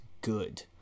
good